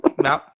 No